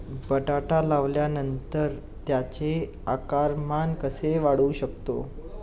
बटाटा लावल्यानंतर त्याचे आकारमान कसे वाढवू शकतो?